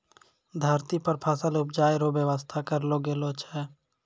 धरती पर फसल उपजाय रो व्यवस्था करलो गेलो छै